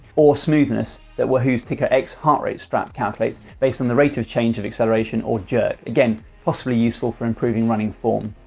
or smoothness that wahoo's tickrx heart rate strap calculates based on the rate of change of acceleration or jerk, again possibly useful for improving running form.